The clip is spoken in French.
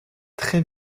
très